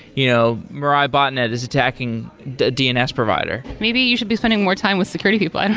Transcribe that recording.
you know mirai botnet is attacking a dns provider. maybe you should be spending more time with security people. and